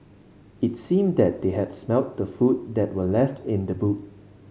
it seemed that they had smelt the food that were left in the boot